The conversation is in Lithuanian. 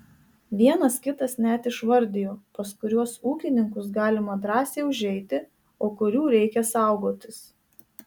vienas kitas net išvardijo pas kuriuos ūkininkus galima drąsiai užeiti o kurių reikia saugotis